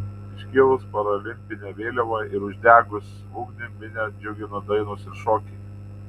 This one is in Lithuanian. iškėlus paralimpinę vėliavą ir uždegus ugnį minią džiugino dainos ir šokiai